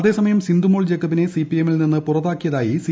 അതേസമയം സിന്ധു മോൾ ജേക്കബിനെ C P എമ്മിൽ നിന്ന് പുറത്താക്കിയതായി സി